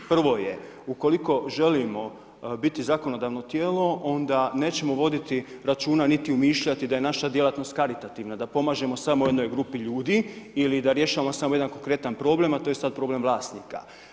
Prvo je ukoliko želimo biti zakonodavno tijelo, onda nećemo vidjeti računa niti umišljati da je naša djelatnost karitativna, da pomažemo samo jednoj grupi ljudi ili da rješavamo samo jedan konkretan problem a to je sad problem vlasnika.